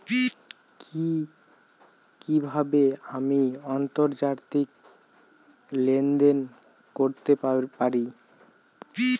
কি কিভাবে আমি আন্তর্জাতিক লেনদেন করতে পারি?